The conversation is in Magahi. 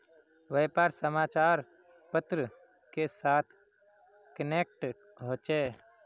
व्यापार समाचार पत्र के साथ कनेक्ट होचे?